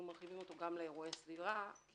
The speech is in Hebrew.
אנחנו מרחיבים אותו גם לאירועי סביבה כי